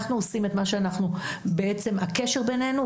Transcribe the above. אנחנו עושים את מה שבעצם הקשר בינינו,